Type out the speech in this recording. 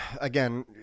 Again